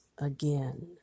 again